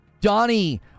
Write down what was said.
donnie